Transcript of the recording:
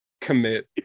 commit